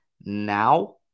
Now